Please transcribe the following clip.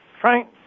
Frank